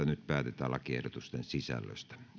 nyt päätetään lakiehdotusten sisällöstä